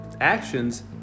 actions